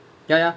ya ya ya